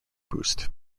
boost